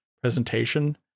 presentation